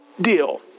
deal